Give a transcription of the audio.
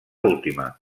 última